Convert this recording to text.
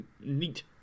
neat